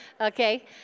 Okay